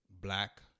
black